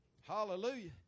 Hallelujah